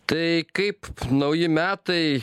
tai kaip nauji metai